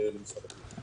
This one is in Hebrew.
למשרד הבריאות.